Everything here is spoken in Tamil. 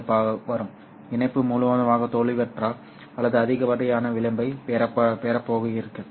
இழப்பு வரும் இணைப்பு முழுவதுமாக தோல்வியுற்றால் அல்லது அதிகப்படியான விளிம்பைப் பெறப் போகிறீர்கள்